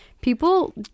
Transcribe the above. people